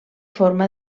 forma